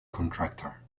contractor